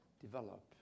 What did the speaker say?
develop